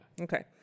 Okay